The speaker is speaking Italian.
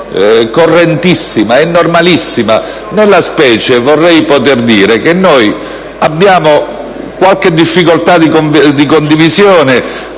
correntissima e normalissima. Nel caso di specie, vorrei poter dire che noi abbiamo qualche difficoltà di condivisione